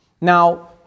Now